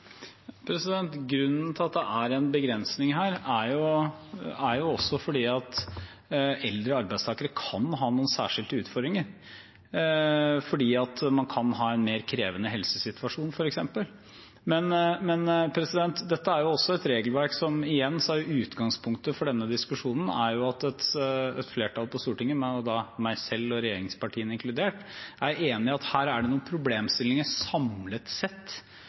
Grunnen til at det er en begrensning her, er at eldre arbeidstakere kan ha noen særskilte utfordringer. Man kan ha en mer krevende helsesituasjon f.eks. Utgangspunktet for denne diskusjonen er at et flertall på Stortinget, meg selv og regjeringspartiene inkludert, er enige om at her er det noen problemstillinger samlet sett som man burde se på. Blant dem er om man skal endre det som er noen begrensninger på ytelsen i dag for eldre arbeidstakere. Samtidig er det